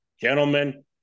gentlemen